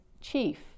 chief